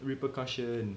repercussion